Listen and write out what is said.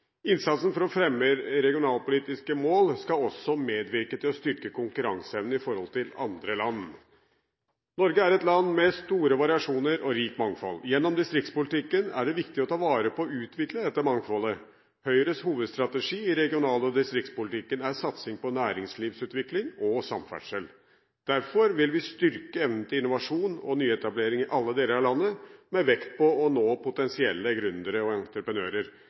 Innsatsen for å fremme regionalpolitiske mål skal også medvirke til å styrke konkurranseevnen i forhold til andre land. Norge er et land med store variasjoner og et rikt mangfold. Gjennom distriktspolitikken er det viktig å ta vare på og utvikle dette mangfoldet. Høyres hovedstrategi i regional- og distriktspolitikken er satsing på næringlivsutvikling og samferdsel. Derfor vil vi styrke evnen til innovasjon og nyetableringer i alle deler av landet, med vekt på å nå potensielle gründere og entreprenører.